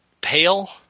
pale